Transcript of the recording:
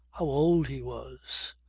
how old he was,